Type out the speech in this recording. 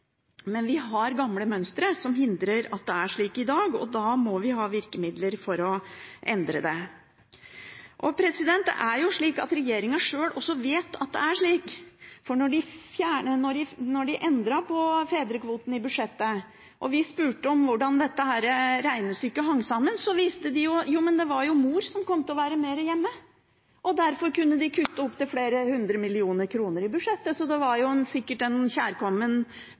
men vi har gamle mønstre som hindrer at det er sånn i dag, og da må vi har virkemidler for å endre dem. Regjeringen vet også sjøl at det er sånn. Da de endret på fedrekvoten i budsjettet, og vi spurte hvordan dette regnestykket hang sammen, viste de til at det var mor som kom til å være mer hjemme, og derfor kunne de kutte opptil flere hundre millioner kroner i budsjettet. Det var sikkert en kjærkommen